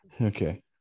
Okay